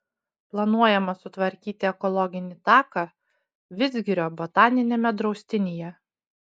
planuojama sutvarkyti ekologinį taką vidzgirio botaniniame draustinyje